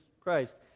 Christ